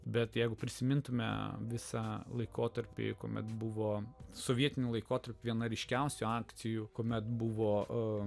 bet jeigu prisimintumėme visą laikotarpį kuomet buvo sovietiniu laikotarpiu viena ryškiausių akcijų kuomet buvo